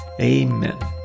Amen